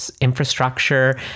infrastructure